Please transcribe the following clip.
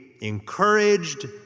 encouraged